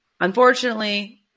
Unfortunately